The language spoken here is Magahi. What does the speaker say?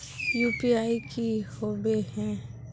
यु.पी.आई की होबे है?